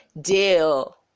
deal